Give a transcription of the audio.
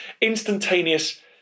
instantaneous